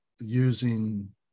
using